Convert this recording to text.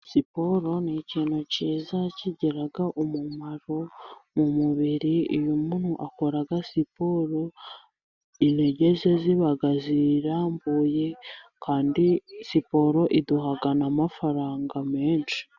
Siporo ni ikintu cyiza kigira umumaro mu mubiri, uyo umuntu akora siporo, intege ze ziba zirambuye, kandi siporo iduha n'amafaranga menshi.